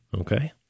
Okay